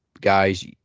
guys